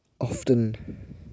often